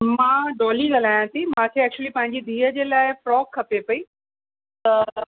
मां डोली ॻाल्हायां थी मूंखे एक्चुली पंहिंजी धीअ जे लाइ फ्रॉक खपे पई त